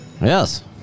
Yes